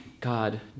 God